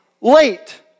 late